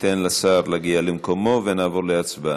ניתן לשר להגיע למקומו, ונעבור להצבעה.